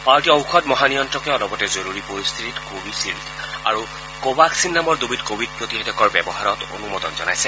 ভাৰতীয় ওষধ মহানিয়ন্ত্ৰকে অলপতে জৰুৰী পৰিশ্থিতিত কোৱিশ্বিল্ড আৰু কোৱাঙ্গিন নামৰ দুবিধ কোৱিড প্ৰতিষেধকৰ ব্যৱহাৰত অনুমোদন জনাইছে